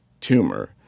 tumor